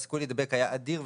והסיכוי להידבק היה אדיר,